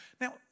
Now